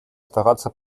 стараться